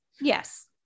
Yes